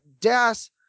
Das